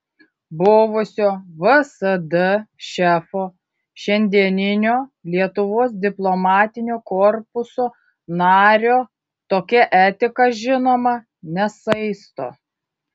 buvusio vsd šefo šiandieninio lietuvos diplomatinio korpuso nario tokia etika žinoma nesaisto